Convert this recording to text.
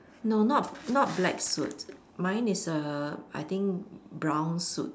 no not not black suit mine is err I think brown suit